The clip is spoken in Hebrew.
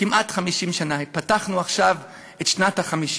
כמעט 50 שנה, פתחנו עכשיו את שנת ה-50,